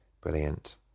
Brilliant